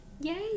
Yay